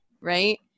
right